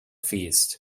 feast